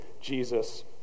Jesus